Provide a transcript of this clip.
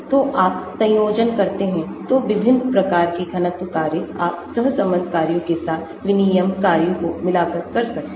तो आप संयोजन करते हैं तो विभिन्न प्रकार के घनत्व कार्य आप सहसंबंध कार्यों के साथ विनिमय कार्यों को मिलाकर कर सकते हैं